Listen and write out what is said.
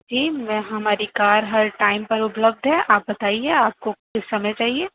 جی میں ہماری کار ہر ٹائم پر اپُلبدھ ہے آپ بتائیے آپ کو کس سمعے چاہیے